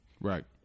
Right